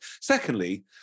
Secondly